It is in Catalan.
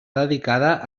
dedicada